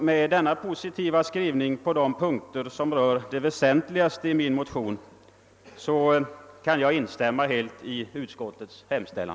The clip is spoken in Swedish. Med denna positiva skrivning på de punkter som rör det väsentliga i min motion kan jag instämma i utskottets hemställan.